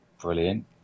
Brilliant